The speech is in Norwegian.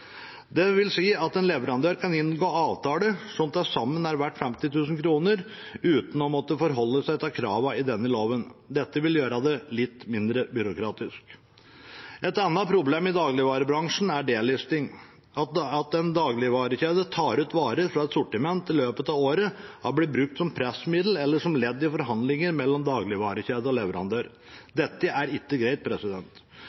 at en leverandør kan inngå avtaler som til sammen er verdt 50 000 kr, uten å måtte forholde seg til kravene i denne loven. Dette vil gjøre det litt mindre byråkratisk. Et annet problem i dagligvarebransjen er «delisting». At en dagligvarekjede tar ut varer fra et sortiment i løpet av året, har blitt brukt som pressmiddel eller som ledd i forhandlinger mellom dagligvarekjede og